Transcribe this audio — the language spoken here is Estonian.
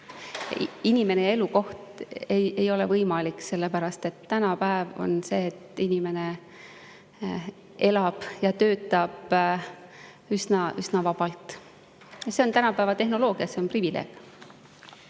rakendada ei ole võimalik, sellepärast et tänapäeval on nii, et inimene elab ja töötab üsna vabalt. See on tänu tänapäeva tehnoloogiale, see on privileeg.